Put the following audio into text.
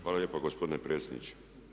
Hvala lijepo gospodine predsjedniče.